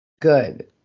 good